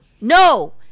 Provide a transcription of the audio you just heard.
No